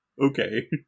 okay